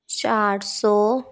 चार सौ